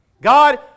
God